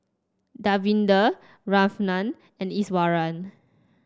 Davinder Ramnath and Iswaran